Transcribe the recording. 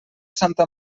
santa